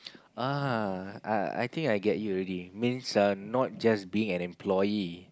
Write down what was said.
uh I think I get you already means not just being an employee